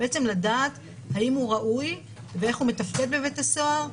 לדעת האם הוא ראוי ואיך הוא מתפקד בבית הסוהר.